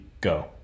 Go